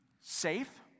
safe